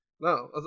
no